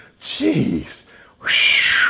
Jeez